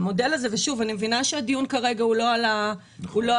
אני מבינה שהדיון כרגע הוא לא על הקריטריונים.